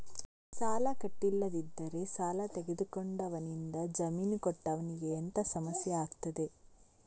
ಸಾಲ ಕಟ್ಟಿಲ್ಲದಿದ್ದರೆ ಸಾಲ ತೆಗೆದುಕೊಂಡವನಿಂದ ಜಾಮೀನು ಕೊಟ್ಟವನಿಗೆ ಎಂತ ಸಮಸ್ಯೆ ಆಗ್ತದೆ?